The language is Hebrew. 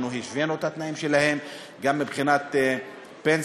אנחנו השווינו את התנאים שלהם גם מבחינת פנסיה,